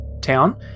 town